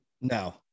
No